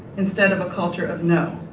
instead of a culture of no.